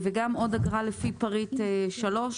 וגם עוד אגרה לפי פריט (3).